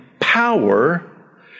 power